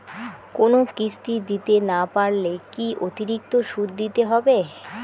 কোনো কিস্তি দিতে না পারলে কি অতিরিক্ত সুদ দিতে হবে?